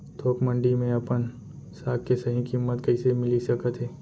थोक मंडी में अपन साग के सही किम्मत कइसे मिलिस सकत हे?